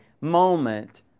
moment